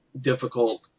difficult